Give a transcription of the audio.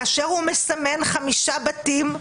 כאשר הוא מסמן חמישה בתים להריסה,